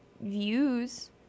views